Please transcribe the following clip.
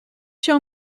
show